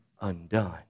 undone